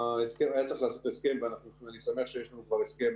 היה צריך לעשות הסכם ואני שמח שיש לנו כבר הסכם